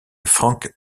frank